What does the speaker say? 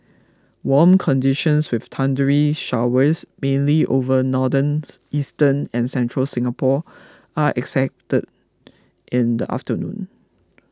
warm conditions with thundery showers mainly over northern eastern and central Singapore are expected in the afternoon